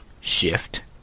Shift